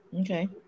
Okay